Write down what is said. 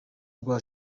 rwa